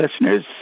listeners